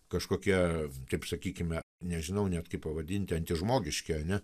kažkokie kaip sakykime nežinau net kaip pavadinti antižmogiški ane